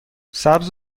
سبز